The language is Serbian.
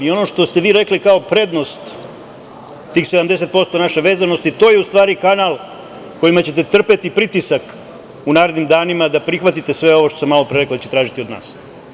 Ono što ste vi rekli kao prednost tih 70% naše vezanosti, to je u stvari kanal kojima ćete trpeti pritisak u narednim danima da prihvatite sve ovo što ste malopre rekli da će tražiti od nas.